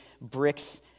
bricks